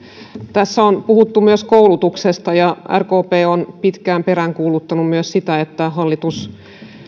tässä on puhuttu myös koulutuksesta ja rkp on pitkään peräänkuuluttanut myös sitä että hallitus